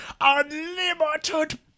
unlimited